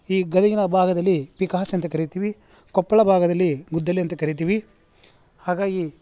ಈ ಗದುಗಿನ ಭಾಗದಲ್ಲಿ ಪಿಕಾಸಿ ಅಂತ ಕರೀತೀವಿ ಕೊಪ್ಪಳ ಭಾಗದಲ್ಲಿ ಗುದ್ದಲಿ ಅಂತ ಕರೀತೀವಿ ಹಾಗಾಗಿ